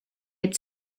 had